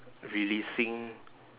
releasing